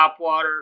topwater